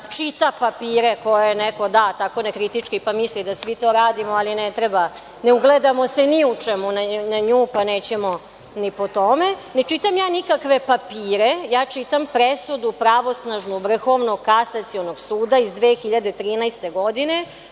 čita papire koje joj neko da, tako da kritički misli da svi to radimo, ali ne treba, ne ugledamo se ni u čemu na nju, pa nećemo ni po tome. Ne čitam ja nikakve papire, ja čitam presudu pravosnažnu Vrhovnog kasacionog suda iz 2013. godine